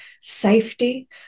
safety